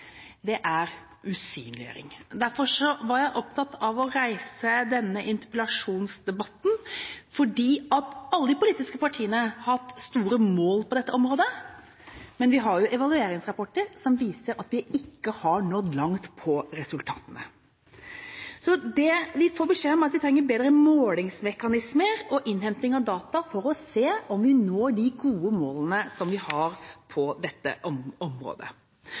er usynliggjøring. Derfor var jeg opptatt av å reise denne interpellasjonsdebatten, fordi alle de politiske partiene har hatt store mål på dette området, men vi har evalueringsrapporter som viser at vi ikke har nådd langt med hensyn til resultatene. Det vi får beskjed om, er at vi trenger bedre målingsmekanismer og innhenting av data for å se om vi når de gode måla som vi har på dette området.